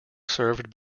served